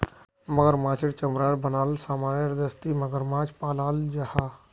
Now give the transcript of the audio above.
मगरमाछेर चमरार बनाल सामानेर दस्ती मगरमाछ पालाल जाहा